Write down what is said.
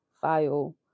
file